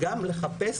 וגם לחפש